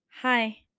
hi